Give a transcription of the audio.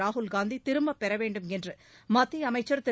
ராகுல் காந்தி திரும்பப் பெறவேண்டும் என்று மத்திய அமைச்சர் திரு